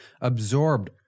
absorbed